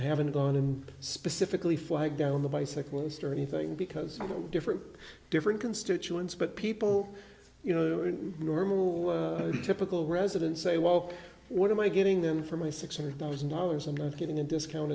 i haven't gone in specifically flag down the bicyclist or anything because of the different different constituents but people you know in normal typical residents say well what am i getting then for my six hundred thousand dollars i'm not getting a discount